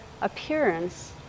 appearance